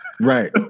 right